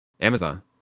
Amazon